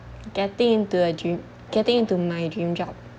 getting into a dream getting into my dream job